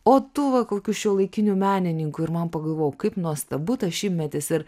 o tu va kokių šiuolaikinių menininkų ir man pagalvojau kaip nuostabu tas šimtmetis ir